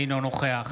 אינו נוכח